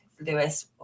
Lewis